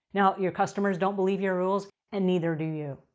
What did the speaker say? now your customers don't believe your rules and neither do you.